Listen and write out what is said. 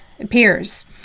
Appears